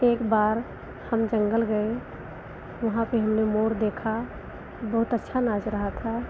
एक बार हम जंगल गए वहाँ पर हमने मोर देखा बहुत अच्छा नाच रहा था